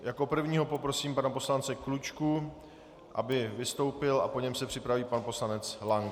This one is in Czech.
Jako prvního poprosím pana poslance Klučku, aby vystoupil, a po něm se připraví pan poslanec Lank.